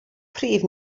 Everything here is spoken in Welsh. prif